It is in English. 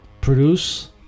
produce